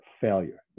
failure